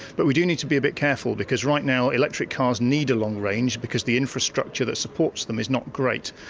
but we do need to be a bit careful because right now electric cars need a long range because the infrastructure that supports them is not great.